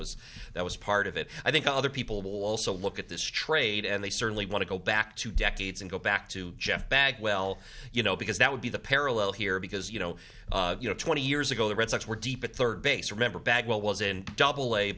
was that was part of it i think other people will also look at this trade and they certainly want to go back two decades and go back to jeff bagwell you know because that would be the parallel here because you know you know twenty years ago the red sox were deep at third base remember bagwell was in double a